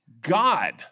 God